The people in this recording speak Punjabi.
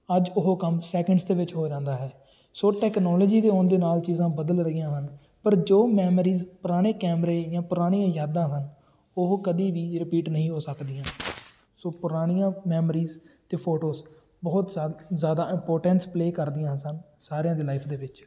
ਅੱਜ ਉਹ ਕੰਮ ਸੈਕਿੰਡਸ ਦੇ ਵਿੱਚ ਹੋ ਜਾਂਦਾ ਹੈ ਸੋ ਟੈਕਨੋਲੌਜੀ ਦੇ ਆਉਣ ਦੇ ਨਾਲ ਚੀਜ਼ਾਂ ਬਦਲ ਰਹੀਆਂ ਹਨ ਪਰ ਜੋ ਮੈਮਰੀਜ਼ ਪੁਰਾਣੇ ਕੈਮਰੇ ਜਾਂ ਪੁਰਾਣੀਆਂ ਯਾਦਾਂ ਹਨ ਉਹ ਕਦੀ ਵੀ ਰਿਪੀਟ ਨਹੀਂ ਹੋ ਸਕਦੀਆਂ ਸੋ ਪੁਰਾਣੀਆਂ ਮੈਮਰੀਜ਼ ਅਤੇ ਫੋਟੋਸ ਬਹੁਤ ਜਾ ਜ਼ਿਆਦਾ ਇੰਪੋਰਟੈਂਸ ਪਲੇਅ ਕਰਦੀਆਂ ਸਨ ਸਾਰਿਆਂ ਦੀ ਲਾਈਫ ਦੇ ਵਿੱਚ